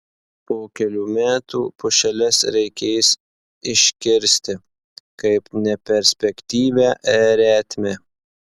po kelių metų pušeles reikės iškirsti kaip neperspektyvią retmę